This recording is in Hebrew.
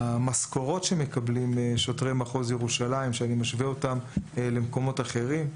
המשכורות שמקבלים שוטרי מחוז ירושלים שאני משווה אותן למקומות אחרים,